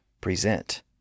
PRESENT